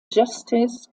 justice